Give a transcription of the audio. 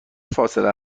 فاصله